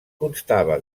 constava